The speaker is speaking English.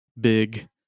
big